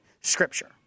Scripture